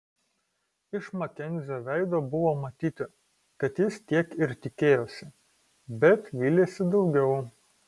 iš makenzio veido buvo matyti kad jis tiek ir tikėjosi bet vylėsi daugiau